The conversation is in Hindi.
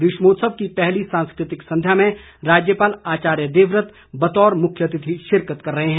ग्रीष्मोत्सव की पहली सांस्कृतिक संध्या में राज्यपाल आचार्य देवव्रत बतौर मुख्यातिथि शिरकत कर रहे हैं